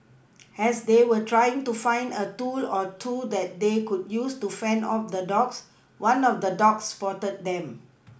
has they were trying to find a tool or two that they could use to fend off the dogs one of the dogs spotted them